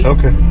Okay